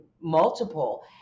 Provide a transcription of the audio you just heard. multiple